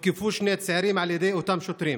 הותקפו שני הצעירים על ידי אותם שוטרים.